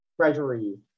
Treasury